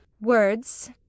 words